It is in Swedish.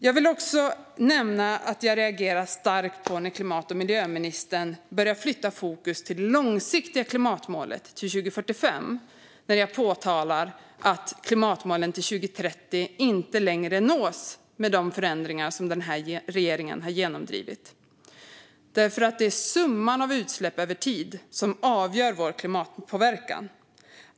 Jag vill också nämna att jag reagerar starkt när klimat och miljöministern börjar flytta fokus till det långsiktiga klimatmålet 2045 när jag påtalar att klimatmålet 2030 inte längre nås med de förändringar som regeringen har genomdrivit. Det är ju summan av utsläpp över tid som avgör vår klimatpåverkan.